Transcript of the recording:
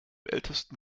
ältesten